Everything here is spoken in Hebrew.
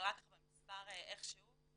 אבל רק במספר איך שהוא,